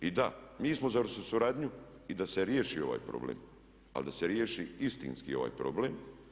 I da, mi smo za suradnju i da se riješi ovaj problem, ali da se riješi istinski ovaj problem.